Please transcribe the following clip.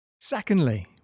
Secondly